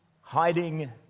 hiding